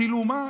כאילו מה?